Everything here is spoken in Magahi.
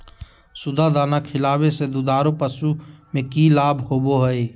सुधा दाना खिलावे से दुधारू पशु में कि लाभ होबो हय?